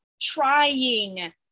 trying